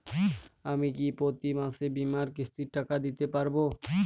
আমি কি প্রতি মাসে বীমার কিস্তির টাকা দিতে পারবো?